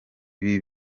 ibi